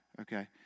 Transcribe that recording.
Okay